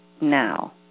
now